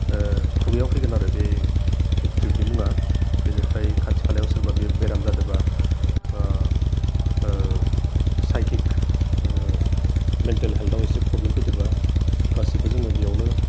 खुगायाव फैगोन आरो बे इनस्टिटिउटनि मुङा बेनिफ्राय खाथि खालायाव सोरबा बे बेराम जादोंबा चाइकिक मेन्टेल हेल्डआव एसे प्रब्लेम फैदोंबा गासिबो जोङो बेयावनो